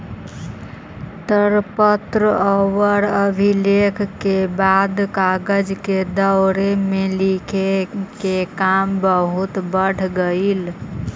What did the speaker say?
ताड़पत्र औउर अभिलेख के बाद कागज के दौर में लिखे के काम बहुत बढ़ गेलई